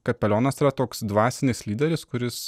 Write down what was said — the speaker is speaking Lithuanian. kapelionas yra toks dvasinis lyderis kuris